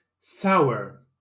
sour